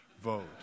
vote